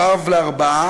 הוא אב לארבעה,